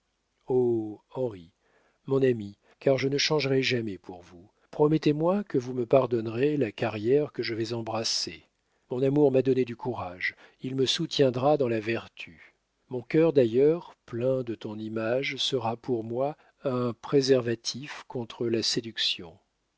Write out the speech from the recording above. mon ami car je ne changerai jamais pour vous promettez-moi que vous me pardonnerèz la carrier que je vait embrasser mon amour m'a donné du courage il me soutiendra dans la vertu mon cœur d'ailleur plain de ton image cera pour moi un préservatife contre la séduction